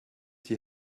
die